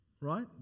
right